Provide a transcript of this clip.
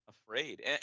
afraid